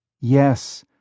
yes